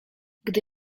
gdy